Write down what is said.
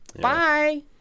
bye